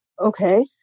okay